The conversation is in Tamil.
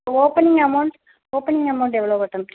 ஓப்பனிங் அமௌண்ட் ஓப்பனிங் அமௌண்ட் எவ்வளோ வருது